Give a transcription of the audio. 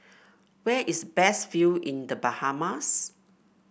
where is best view in The Bahamas